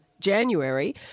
January